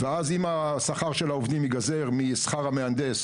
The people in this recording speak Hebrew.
ואז אם השכר של העובדים ייגזר משכר המהנדס,